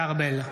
משה ארבל,